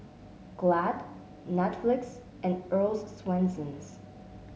Glad Netflix and Earl's Swensens